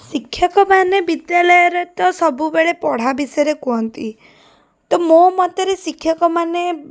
ଶିକ୍ଷକମାନେ ବିଦ୍ୟାଳୟରେ ତ ସବୁବେଳେ ପଢ଼ା ବିଷୟରେ କୁହନ୍ତି ତ ମୋ ମତରେ ଶିକ୍ଷକମାନେ